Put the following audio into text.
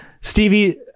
Stevie